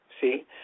See